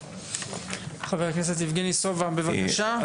חבר הכנסת יבגני סובה, בבקשה.